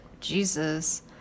Jesus